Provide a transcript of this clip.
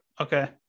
Okay